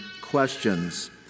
questions